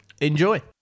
Enjoy